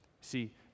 See